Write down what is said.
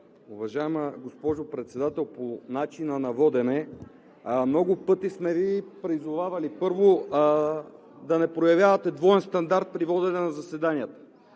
Уважаема госпожо Председател, по начина на водене. Много пъти сме Ви призовавали, първо, да не проявявате двоен стандарт при водене на заседанията.